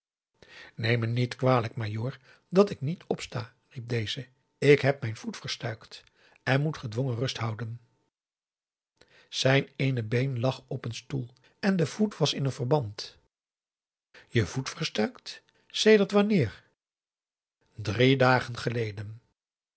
neem me niet kwalijk majoor dat ik niet opsta riep deze ik heb mijn voet verstuikt en moet gedwongen rust houden zijn eene been lag op een stoel en de voet was in een verband je voet verstuikt sedert wanneer p a daum de van der lindens c s onder ps maurits drie dagen geleden